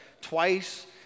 twice